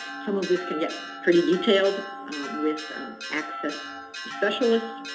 some of this can get pretty detailed with access specialists.